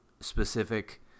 specific